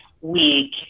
week